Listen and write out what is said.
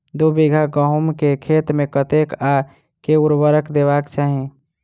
दु बीघा गहूम केँ खेत मे कतेक आ केँ उर्वरक देबाक चाहि?